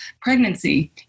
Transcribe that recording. pregnancy